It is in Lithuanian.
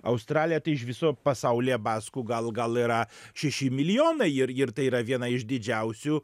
australiją tai iš viso pasaulyje baskų gal gal yra šeši milijonai ir ir tai yra viena iš didžiausių